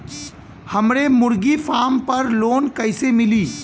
हमरे मुर्गी फार्म पर लोन कइसे मिली?